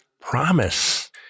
promise